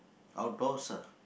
outdoors ah